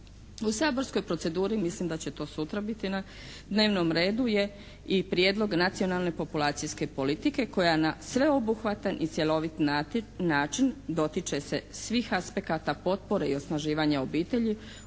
U saborskom proceduri mislim da će to sutra biti na dnevnom redu je i Prijedlog nacionalne populacijske politike koja na sve obuhvatan i cjelovit način dotiče se svih aspekata potpore i osnaživanja obitelji